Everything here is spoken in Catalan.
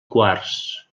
quars